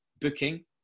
booking